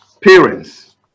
parents